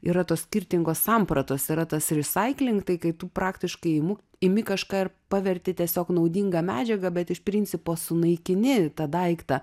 yra tos skirtingos sampratos yra tas risaikling kai tu praktiškai imu imi kažką ir paverti tiesiog naudinga medžiaga bet iš principo sunaikini tą daiktą